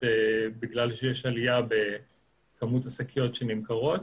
בגלל שיש עלייה במספר השקיות שנמכרות.